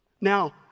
Now